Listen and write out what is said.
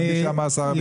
כפי שאמר שר הביטחון.